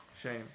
Shame